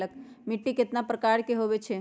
मिट्टी कतना प्रकार के होवैछे?